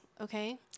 Okay